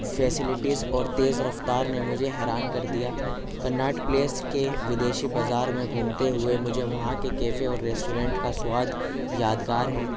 facilities اور تیز رفتار نے مجھے حیران کر دیا کناٹ پلیس کے ودیشی بازار میں گھومتے ہوئے مجھے وہاں کے کیفے اور ریسٹورنٹ کا سواد یادگار ہے